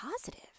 positive